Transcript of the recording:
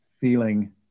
feeling